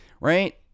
right